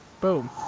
Boom